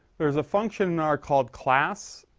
there's a function in r called class.